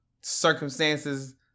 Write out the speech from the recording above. circumstances